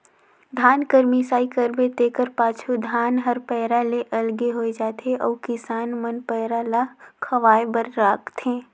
धान कर मिसाई करबे तेकर पाछू धान हर पैरा ले अलगे होए जाथे अउ किसान मन पैरा ल खवाए बर राखथें